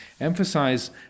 emphasize